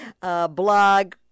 blog